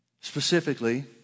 specifically